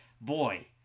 Boy